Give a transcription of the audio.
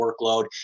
workload